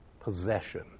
possession